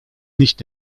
nicht